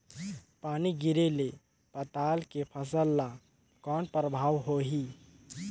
पानी गिरे ले पताल के फसल ल कौन प्रभाव होही?